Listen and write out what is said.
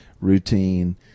routine